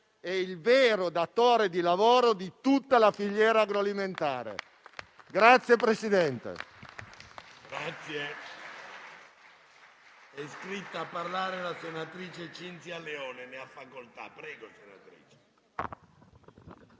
è il vero datore di lavoro di tutta la filiera agroalimentare.